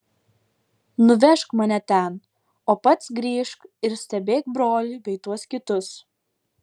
nuvežk mane ten o pats grįžk ir stebėk brolį bei tuos kitus